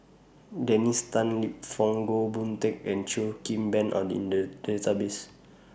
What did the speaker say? Dennis Tan Lip Fong Goh Boon Teck and Cheo Kim Ban Are in The Database